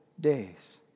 days